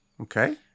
Okay